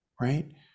right